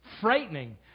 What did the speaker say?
frightening